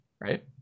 Right